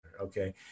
Okay